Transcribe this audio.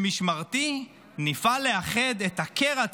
במשמרתי נפעל לאחד את הקרע,